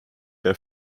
der